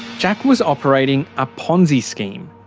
jack was operating a ponzi scheme,